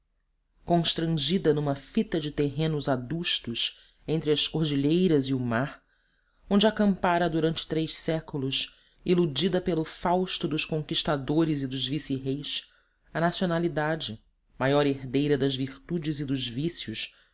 constrangida numa fita de terrenos adustos entre as cordilheiras e o mar onde acampara durante três séculos iludida pelo fausto dos conquistadores e dos vice reis a nacionalidade maior herdeira das virtudes e dos vícios